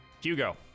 Hugo